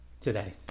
today